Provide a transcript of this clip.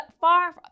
far